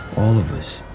all of us.